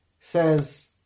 says